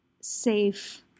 safe